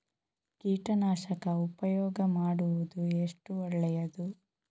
ಕೀಟನಾಶಕ ಉಪಯೋಗ ಮಾಡುವುದು ಎಷ್ಟು ಒಳ್ಳೆಯದು?